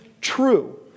true